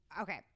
Okay